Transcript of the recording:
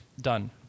done